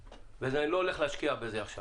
ואני לא הולך להשקיע בזה עכשיו,